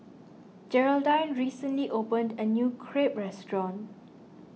Gearldine recently opened a new Crepe restaurant